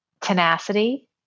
tenacity